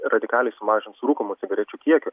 radikaliai sumažins surūkomų cigarečių kiekį